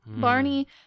Barney